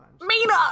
Mina